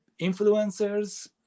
influencers